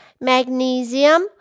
magnesium